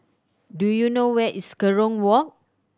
do you know where is Kerong Walk